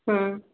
ਹੂੰ